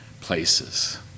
places